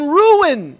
ruin